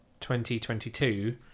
2022